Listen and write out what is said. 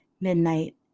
Midnight